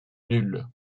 nuls